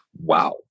wow